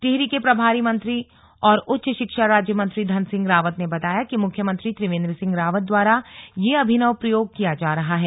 टिहरी के प्रभारी मंत्री औरउच्च शिक्षा राज्य मंत्री धन सिंह रावत ने बताया कि मुख्यमंत्री त्रिवेंद्र सिंह रावत द्वारा यह अभिनव प्रयोग किया जा रहा है